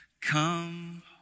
come